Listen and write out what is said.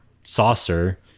saucer